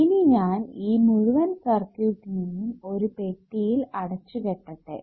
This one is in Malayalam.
ഇനി ഞാൻ ഈ മുഴുവൻ സർക്യൂട്ടിനെയും ഒരു പെട്ടിയിൽ അടച്ചുകെട്ടട്ടെ